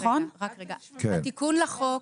זה רק עד גיל 18. התיקון לחוק